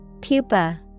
Pupa